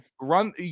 Run